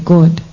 God